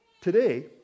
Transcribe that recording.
Today